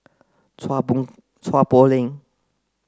Chua Chua Poh Leng